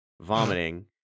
vomiting